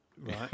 Right